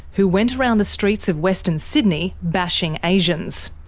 who went around the streets of western sydney, bashing asians.